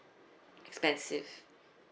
expensive